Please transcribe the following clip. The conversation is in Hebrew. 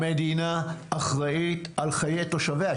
המדינה אחראי על חיי תושביה.